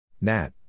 Nat